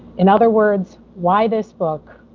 in other words, why this book,